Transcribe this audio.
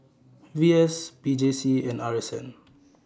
V S P J C and R S N